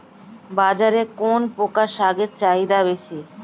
বাজারে কোন প্রকার শাকের চাহিদা বেশী?